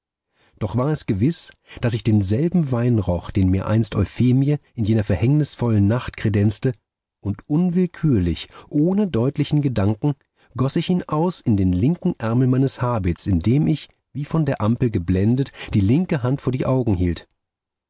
doch war es gewiß daß ich denselben wein roch den mir einst euphemie in jener verhängnisvollen nacht kredenzte und unwillkürlich ohne deutlichen gedanken goß ich ihn aus in den linken ärmel meines habits indem ich wie von der ampel geblendet die linke hand vor die augen hielt